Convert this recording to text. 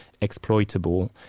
exploitable